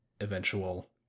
eventual